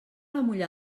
amollar